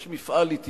יש מפעל התיישבות